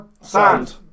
Sand